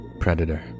predator